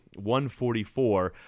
144